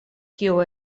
kiu